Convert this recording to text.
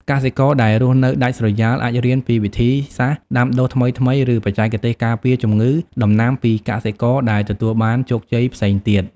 កសិករដែលរស់នៅដាច់ស្រយាល អាចរៀនពីវិធីសាស្ត្រដាំដុះថ្មីៗ ឬបច្ចេកទេសការពារជំងឺដំណាំពីកសិករដែលទទួលបានជោគជ័យផ្សេងទៀត។